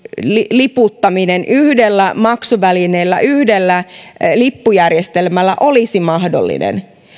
liputtaminen yhdellä maksuvälineellä yhdellä lippujärjestelmällä olisi mahdollista